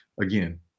again